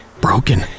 broken